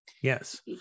Yes